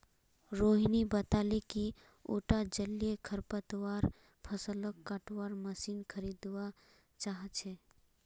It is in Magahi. रोहिणी बताले कि उटा जलीय खरपतवार फ़सलक कटवार मशीन खरीदवा चाह छ